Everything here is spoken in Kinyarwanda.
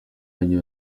wanyu